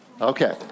okay